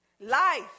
Life